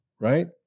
right